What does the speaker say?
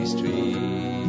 Street